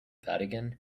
vatican